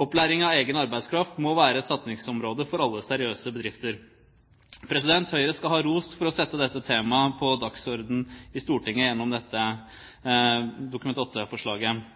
Opplæring av egen arbeidskraft må være et satsingsområde for alle seriøse bedrifter. Høyre skal ha ros for å sette dette temaet på dagsordenen i Stortinget gjennom dette Dokument